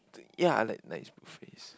ya like I like nice buffets